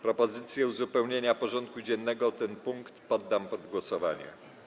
Propozycję uzupełnienia porządku dziennego o ten punkt poddam pod głosowanie.